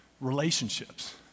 relationships